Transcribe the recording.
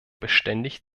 beständig